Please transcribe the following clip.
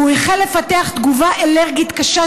הוא החל לפתח תגובה אלרגית קשה,